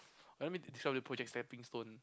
I don't mean to project stepping stone